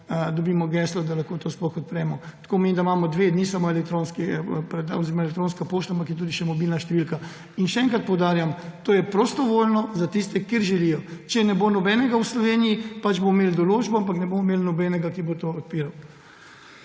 dobimo geslo, da lahko to sploh odpremo. To pomeni, da imamo dve, ni samo elektronski predal oziroma elektronska pošta, ampak je tudi še mobilna številka. In še enkrat poudarjam, to je prostovoljno za tiste, ki želijo. Če ne bo nobenega v Sloveniji, bomo pač imeli določbo, ampak ne bomo imeli nobenega, ki bo to odpiral.